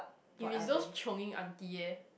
if is those chionging aunty eh